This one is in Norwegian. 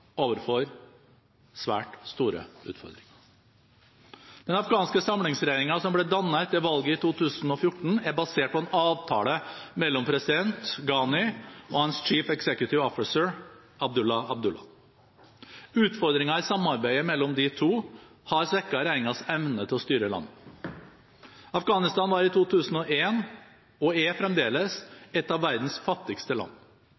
overfor svært store utfordringer. Den afghanske samlingsregjeringen som ble dannet etter valget i 2014, er basert på en avtale mellom president Ghani og hans «Chief Executive Officer» Abdullah Abdullah. Utfordringer i samarbeidet mellom de to har svekket regjeringens evne til å styre landet. Afghanistan var i 2001, og er fremdeles, et av verdens fattigste land.